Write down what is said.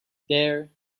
there